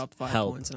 help